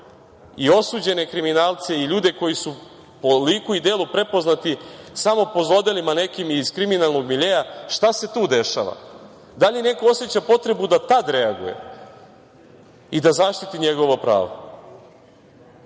i osuđene kriminalce i ljude koji su po liku i delu prepoznati samo po zlodelima nekim iz kriminalnog miljea, šta se tu dešava? Da li neko oseća potrebu da tada reaguje i da zaštiti njegovo pravo?